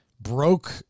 broke